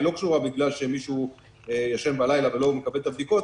לא בגלל שמישהו ישן בלילה ולא מקבל את הבדיקות,